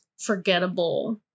forgettable